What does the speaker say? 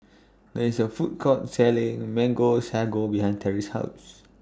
There IS A Food Court Selling Mango Sago behind Terry's House